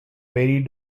vary